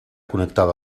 connectada